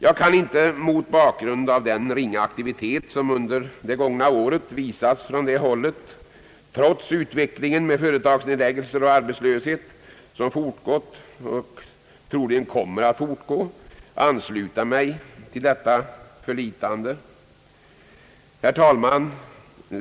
Jag kan inte mot bakgrund av den ringa aktivitet som under det gångna året visats från det hållet, trots den utveckling med företagsnedläggelser och arbetslöshet som fortgått och som troligen kommer att fortgå, ansluta mig till detta »förlitande». Herr talman!